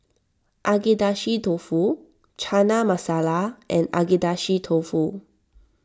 Agedashi Dofu Chana Masala and Agedashi Dofu